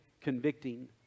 convicting